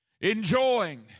enjoying